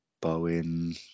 Bowen